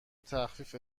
تخفیف